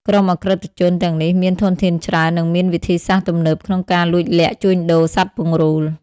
ក្រុមឧក្រិដ្ឋជនទាំងនេះមានធនធានច្រើន និងមានវិធីសាស្រ្តទំនើបក្នុងការលួចលាក់ជួញដូរសត្វពង្រូល។